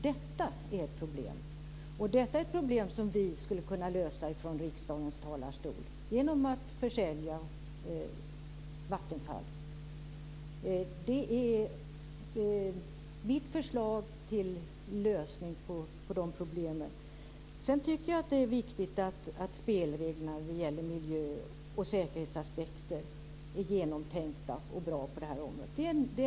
Detta är ett problem som vi skulle kunna lösa från riksdagens sida genom att försälja Vattenfall. Det är mitt förslag till lösning på detta problem. Jag tycker vidare att det är viktigt att spelreglerna när det gäller miljö och säkerhetsaspekter är bra och genomtänkta på det här området.